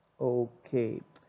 okay